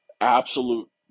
absolute